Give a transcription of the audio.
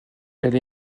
elle